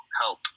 help